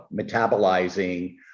metabolizing